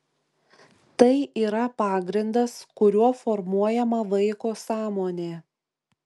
tai yra pagrindas kuriuo formuojama vaiko sąmonė